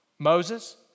Moses